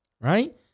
Right